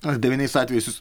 ar devyniais atvejais jūs